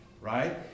right